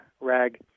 rag